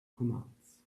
commands